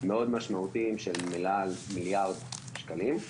מאוד משמעותיים של מעל למיליארד שקלים,